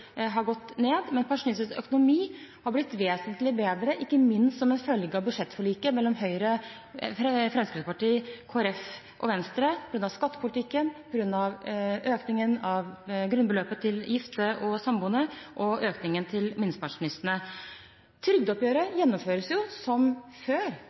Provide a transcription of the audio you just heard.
har gått ned, men pensjonistenes økonomi har blitt vesentlig bedre, ikke minst som følge av budsjettforliket mellom Høyre, Fremskrittspartiet, Kristelig Folkeparti og Venstre, på grunn av skattepolitikken, på grunn av økningen av grunnbeløpet til gifte og samboende og økningen til minstepensjonistene. Trygdeoppgjøret gjennomføres som før.